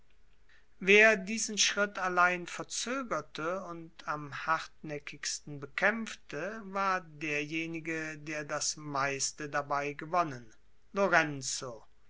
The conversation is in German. wer diesen schritt allein verzögerte und am hartnäckigsten bekämpfte war derjenige der das meiste dabei gewonnen lorenzo